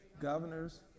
Governors